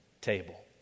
table